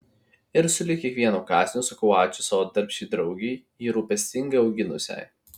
ir sulig kiekvienu kąsniu sakau ačiū savo darbščiai draugei jį rūpestingai auginusiai